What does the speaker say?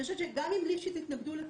אני חושבת גם אם ליפשיץ התנגדו לכך,